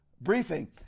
briefing